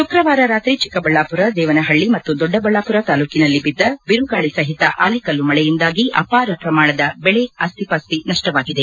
ಶುಕ್ರವಾರ ರಾತ್ರಿ ಚಿಕ್ಕಬಳ್ಳಾಪುರ ದೇವನಹಳ್ಳಿ ಮತ್ತು ದೊಡ್ಡಬಳ್ಳಾಪುರ ತಾಲೂಕಿನಲ್ಲಿ ಬಿದ್ದ ಬಿರುಗಾಳಿ ಸಹಿತ ಅಲಿಕಲ್ಲು ಮಳೆಯಿಂದಾಗಿ ಅಪಾರ ಪ್ರಮಾಣದ ಬೆಳೆ ಆಸ್ತಿಪಾಸ್ತಿ ನಷ್ಟವಾಗಿದೆ